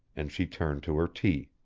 and she turned to her tea.